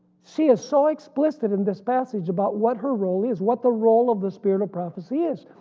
she is so explicit in this passage about what her role is, what the role of the spirit of prophecy is,